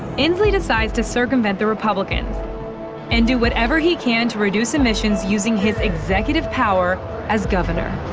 inslee decides to circumvent the republicans and do whatever he can to reduce emissions using his executive power as governor.